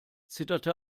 zitterte